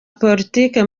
politiki